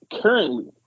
currently